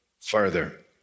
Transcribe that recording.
further